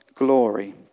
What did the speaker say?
glory